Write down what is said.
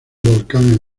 volcán